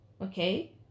okay